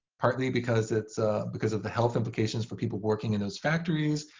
partly because it's because of the health implications for people working in those factories.